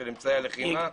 של אמצעי הלחימה.